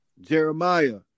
Jeremiah